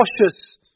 cautious